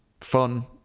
fun